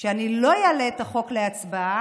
שאני לא אעלה את החוק להצבעה,